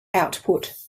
output